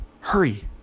hurry